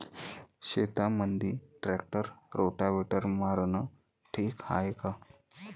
शेतामंदी tractor rotavator मारनं ठीक हाये का?